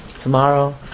Tomorrow